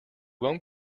won’t